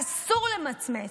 אסור למצמץ.